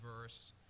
verse